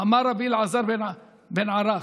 אמר רבי אלעזר בן ערך: